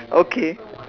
okay